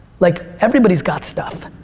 like everybody's got stuff.